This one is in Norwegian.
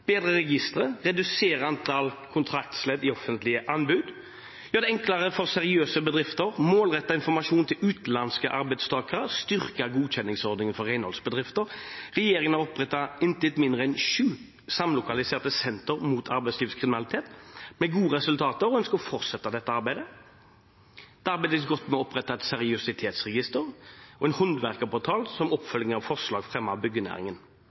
bedre registre, redusere antall kontraktsledd i offentlige anbud, gjøre det enklere for seriøse bedrifter, målrette informasjon til utenlandske arbeidstakere og styrke godkjenningsordningen for renholdsbedrifter. Regjeringen har opprettet intet mindre enn sju samlokaliserte sentre mot arbeidslivskriminalitet, med gode resultater, og en skal fortsette dette arbeidet. Det er blitt opprettet et seriøsitetsregister og en håndverkerportal som oppfølging av forslag fremmet av byggenæringen.